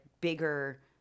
bigger